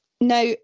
Now